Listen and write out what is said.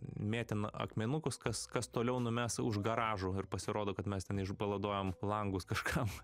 mėtėm akmenukus kas kas toliau numes už garažų ir pasirodo kad mes ten išbaladojom langus kažkam